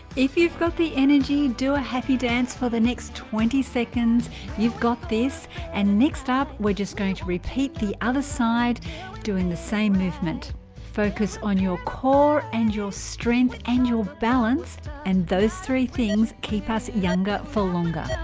if you've got the energy do a happy dance for the next twenty seconds you've got this and next up we're just going to repeat the other side doing the same movement focus on your core and your strength and your balance and those three things keep up younger for longer